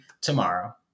tomorrow